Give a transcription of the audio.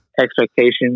expectations